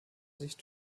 sich